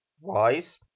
wise